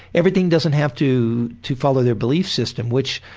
everything doesn't have to to follow their belief system, which.